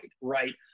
right